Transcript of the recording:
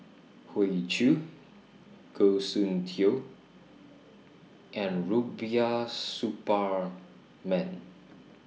Hoey Choo Goh Soon Tioe and Rubiah Suparman